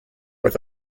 with